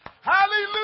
hallelujah